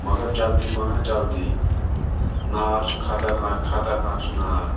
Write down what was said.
مگر جلدی پَہم حظ جلدی نار چھُ خطرناکھ خطرناکھ چھُ نار